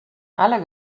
alle